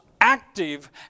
active